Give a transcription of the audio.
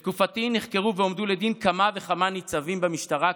בתקופתי נחקרו והועמדו לדין כמה וכמה ניצבים במשטרה,